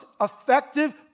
effective